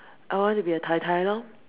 I want to be a tai-tai loh